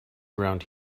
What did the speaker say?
around